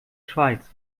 schweiz